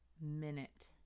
minute